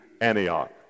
Antioch